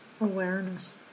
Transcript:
awareness